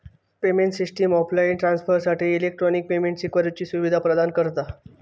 payment system offline ट्रांसफरसाठी electronic payment स्विकारुची सुवीधा प्रदान करता